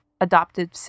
adopted